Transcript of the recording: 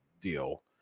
deal